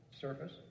surface